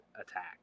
attack